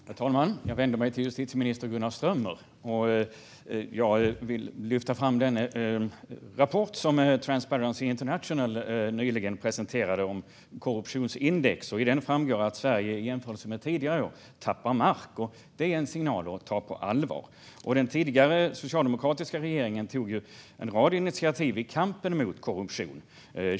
Herr talman! Jag vänder mig till justitieminister Gunnar Strömmer. Jag vill lyfta fram det korruptionsindex som Transparency International nyligen presenterade. Av det framgår att Sverige i jämförelse med tidigare år tappar mark. Det är en signal att ta på allvar. Den tidigare socialdemokratiska regeringen tog en rad initiativ i kampen mot korruption.